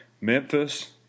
Memphis